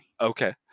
Okay